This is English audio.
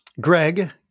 Greg